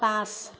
পাঁচ